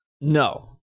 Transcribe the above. No